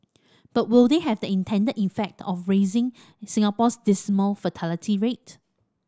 but will they have the intended effect of raising Singapore's dismal fertility rate